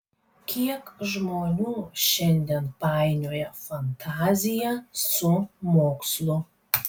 kiek žmonių šiandien painioja fantaziją su mokslu